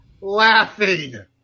laughing